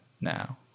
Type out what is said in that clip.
now